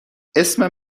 اسم